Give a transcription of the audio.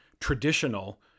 traditional